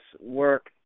work